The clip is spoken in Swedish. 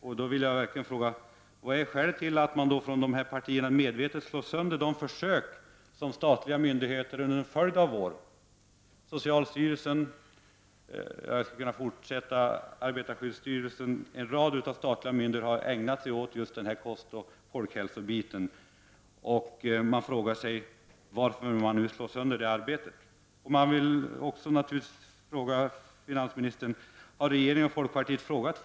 Jag vill då fråga: Vad är skälet till att man från dessa partier medvetet slår sönder de försök som en rad statliga myndigheter — bl.a. socialstyrelsen och arbetarskyddsstyrelsen — under en följd av år har gjort för att förbättra kostvanorna och därmed folkhälsan? Har regeringen och folkpartiet frågat folkhälsogruppen, som har att yttra sig i dessa frågor?